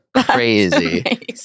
Crazy